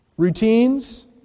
Routines